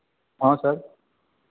हाँ सर